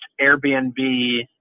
Airbnb